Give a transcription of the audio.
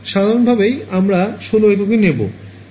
সাধারণ ভাবেই আমরা ১৬ এককই নেবো